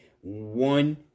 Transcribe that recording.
one